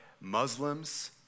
Muslims